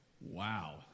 Wow